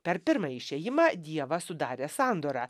per pirmąjį išėjimą dievas sudarė sandorą